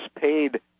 paid